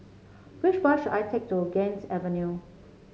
which bus should I take to Ganges Avenue